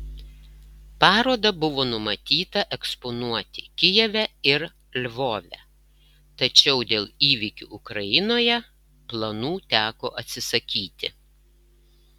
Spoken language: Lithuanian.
parodą buvo numatyta eksponuoti kijeve ir lvove tačiau dėl įvykių ukrainoje planų teko atsisakyti